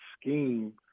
scheme